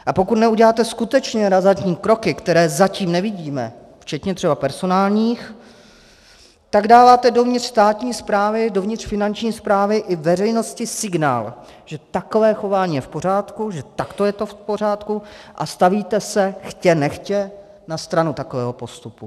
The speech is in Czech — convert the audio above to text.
A pokud neuděláte skutečně razantní kroky, které zatím nevidíme, včetně třeba personálních, tak dáváte dovnitř státní správy, dovnitř Finanční správy i veřejnosti signál, že takové chování je v pořádku, takto je to v pořádku, a stavíte se chtě nechtě na stranu takového postupu.